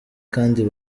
kandi